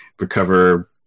recover